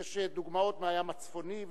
יש דוגמאות מהים הצפוני,